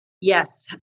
Yes